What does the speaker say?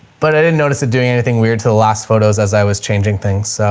but i didn't notice it doing anything weird to the last photos as i was changing things. so,